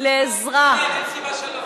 אין סיבה שלא.